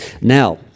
Now